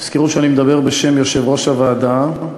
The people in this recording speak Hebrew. תזכרו שאני מדבר בשם יושבת-ראש הוועדה.